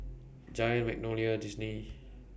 Giant Magnolia Disney